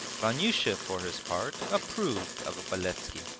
vanyusha for his part approved of beletski,